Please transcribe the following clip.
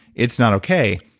it's not okay.